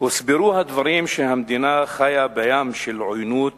הוסברו הדברים בכך שהמדינה חיה בים של עוינות,